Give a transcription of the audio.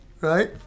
right